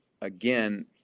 again